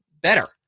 better